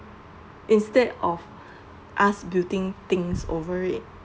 instead of us building things over it